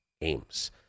games